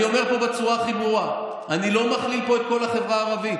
אני אומר פה בצורה הכי ברורה: אני לא מכליל פה את כל החברה הערבית.